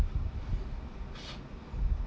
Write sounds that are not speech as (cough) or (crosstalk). (noise)